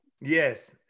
Yes